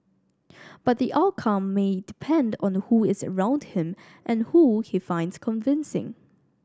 but the outcome may depend on who is around him and who he finds convincing